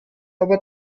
aber